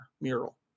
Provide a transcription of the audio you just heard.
mural